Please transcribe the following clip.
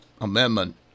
amendment